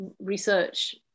Research